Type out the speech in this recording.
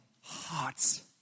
hearts